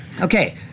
Okay